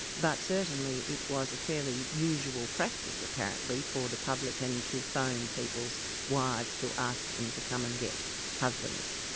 but certainly it was a fairly usual practice apparently for the publican to phone people's wives to ask them to come and get husbands.